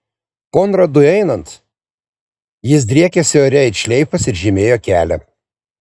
konradui einant jis driekėsi ore it šleifas ir žymėjo kelią